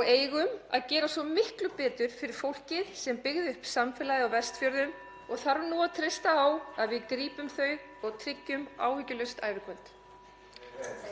og eigum að gera svo miklu betur fyrir fólkið sem byggði upp samfélagið á Vestfjörðum og þarf nú að treysta á að við grípum þau og tryggjum áhyggjulaust ævikvöld.